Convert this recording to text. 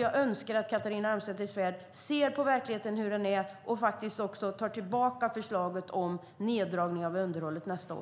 Jag önskar att Catharina Elmsäter-Svärd ser hur verkligheten är och tar tillbaka förslaget om neddragning av underhållet nästa år.